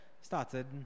started